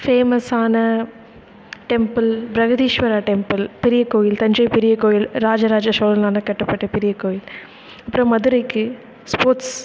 ஃபேமஸான temple Brihadeeswarar temple பெரிய கோயில் தஞ்சை பெரிய கோயில் ராஜராஜசோழனால் கட்டப்பட்ட பெரிய கோயில் அப்புறோம் மதுரைக்கு ஸ்போட்ஸ்